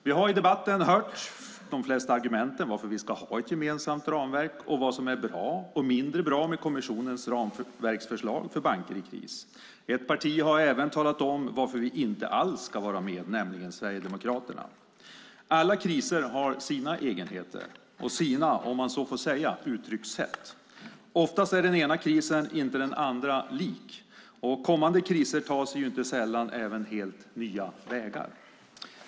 Vi har i debatten hört de flesta argumenten för att vi ska ha ett gemensamt ramverk och vad som är bra och mindre bra med kommissionens ramverksförslag för banker i kris. Ett parti har även talat om varför vi inte alls ska vara med, nämligen Sverigedemokraterna. Alla kriser har sina egenheter och sina, om man så får säga, uttryckssätt. Oftast är den ena krisen inte den andra lik. Kommande kriser tar sig inte sällan även helt nya vägar.